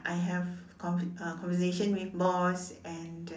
I have conve~ conversation with boss and